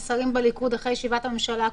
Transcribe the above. שוחחתי עם שרים בליכוד אחרי ישיבת הממשלה.